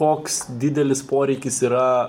koks didelis poreikis yra